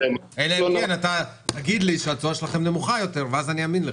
אלא אם כן תגיד לי שהתשואה שלכם נמוכה יותר ואז אני אאמין לך.